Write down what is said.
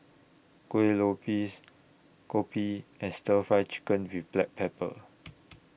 Kuih Lopes Kopi and Stir Fry Chicken with Black Pepper